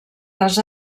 les